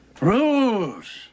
rules